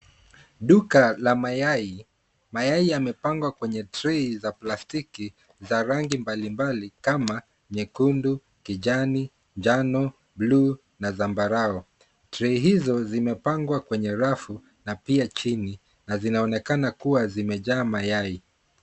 Duka la mayai. Mayai yamepangwa kwenye trei za plastiki za rangi mbalimbali Kama nyekundu, kijani, njano, buluu na zambarau. Trei hizo zimepangwa kwenye rafu na pia chini zinaonekana kuwa zimejaa mayai.